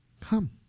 Come